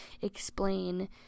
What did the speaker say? explain